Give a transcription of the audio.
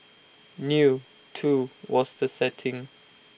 new too was the setting